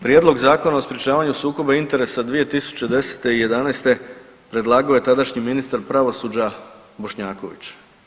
Prijedlog zakona o sprječavanju sukoba interesa 2010. i 11. predlagao je tadašnji ministar pravosuđa Bošnjaković.